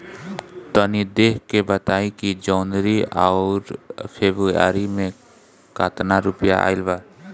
तनी देख के बताई कि जौनरी आउर फेबुयारी में कातना रुपिया आएल बा?